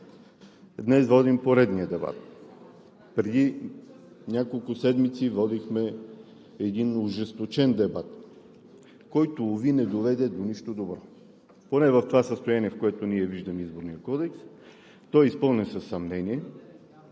Днес водим поредния дебат. Преди няколко седмици водихме един ожесточен дебат, който, уви, не доведе до нищо добро. Поне в това състояние, в което виждаме Изборния кодекс, той е изпълнен със съмнение;